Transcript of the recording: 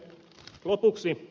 lopuksi